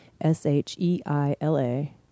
S-H-E-I-L-A